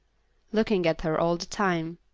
looking at her all the time.